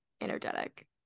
energetic